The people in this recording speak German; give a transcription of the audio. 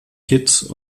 kitts